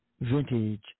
vintage